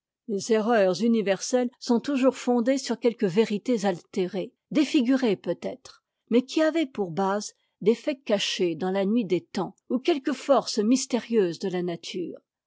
les erreurs universelles sont toujours fondées sur quelques vérités altérées défigurées peut-être mais qui avaient pour base des faits cachés dans la nuit des temps ou quelques forces mystérieuses de la nature